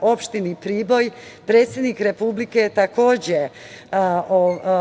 Opštini Priboj predsednik Republike je takođe